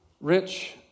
Rich